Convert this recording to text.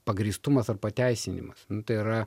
pagrįstumas ar pateisinimas tai yra